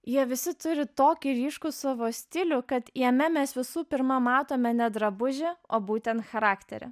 jie visi turi tokį ryškų savo stilių kad jame mes visų pirma matome ne drabužį o būten charakterį